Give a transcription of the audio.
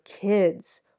kids